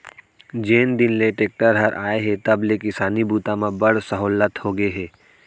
जेन दिन ले टेक्टर हर आए हे तब ले किसानी बूता म बड़ सहोल्लत होगे हे